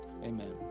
Amen